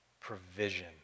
provision